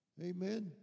Amen